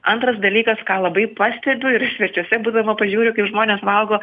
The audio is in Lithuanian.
antras dalykas ką labai pastebiu ir svečiuose būdama pažiūriu kaip žmonės valgo